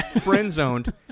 friend-zoned